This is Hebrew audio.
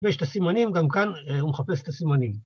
ויש את הסימנים, גם כאן הוא מחפש את הסימנים.